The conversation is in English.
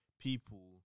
people